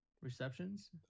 Receptions